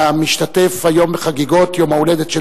והמשתתף היום בחגיגות יום ההולדת של